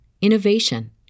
innovation